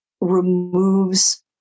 removes